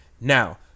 Now